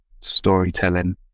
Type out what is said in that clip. storytelling